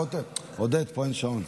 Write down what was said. עודד, פה אין שעון.